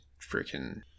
freaking